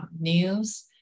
news